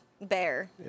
bear